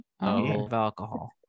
alcohol